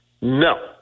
No